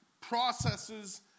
processes